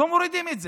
לא מורידים את זה.